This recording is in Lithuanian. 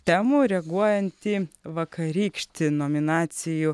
temų reaguojant į vakarykštį nominacijų